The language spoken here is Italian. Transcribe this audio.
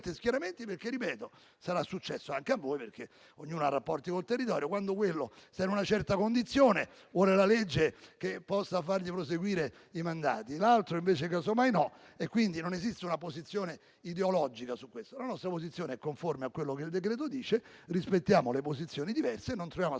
schieramenti perché - ripeto - sarà successo anche a voi, visto che ognuno ha rapporti con il territorio: qualcuno per una certa condizione vuole la legge che possa fargli proseguire i mandati, un altro invece no. Quindi non esiste una posizione ideologica su tale questione. La nostra posizione è conforme a quello che il decreto-legge dice, rispettiamo le posizioni diverse e non troviamo assolutamente